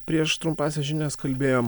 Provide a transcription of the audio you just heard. prieš trumpąsias žinias kalbėjom